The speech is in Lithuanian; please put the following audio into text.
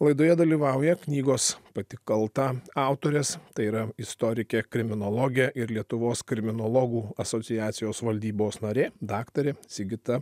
laidoje dalyvauja knygos pati kalta autorės tai yra istorikė kriminologė ir lietuvos kriminologų asociacijos valdybos narė daktarė sigita